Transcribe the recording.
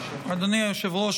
אדוני היושב-ראש,